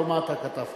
לא מה אתה כתבת.